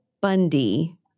Bundy